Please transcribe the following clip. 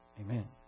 Amen